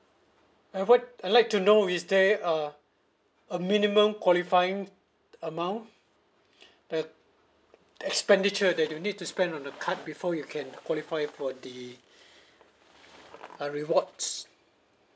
I what I'd like to know is there a a minimum qualifying amount the expenditure that you need to spend on the card before you can qualify for the uh rewards